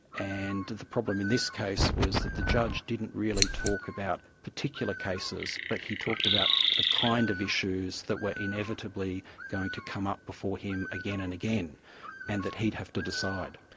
and the problem in this case was that the judge didn't really talk about particular cases but he talked about the kind of issues that were inevitably going to come up before him again and again and that have to decide.